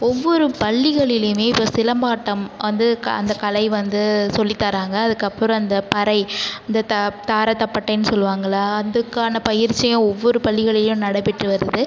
ஒவ்வொரு பள்ளிகளிலிமே இப்போ சிலம்பாட்டம் வந்து அந்த கலை வந்து சொல்லி தராங்க அதுக்கப்புறம் அந்த பறை இந்த த தாரை தப்பட்டைன்னு சொல்லுவாங்கல்ல அதுக்கான பயிற்சி ஒவ்வொரு பள்ளிகளையும் நடைபெற்று வருது